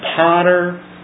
potter